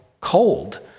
cold